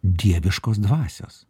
dieviškos dvasios